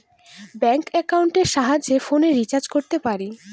bank একাউন্টের সাহায্যে ফোনের রিচার্জ করতে পারি